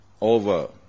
over